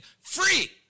free